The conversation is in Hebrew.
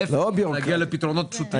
להיפך, צריך להגיע לפתרונות פשוטים.